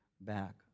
back